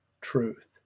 truth